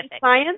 science